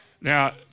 Now